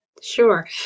Sure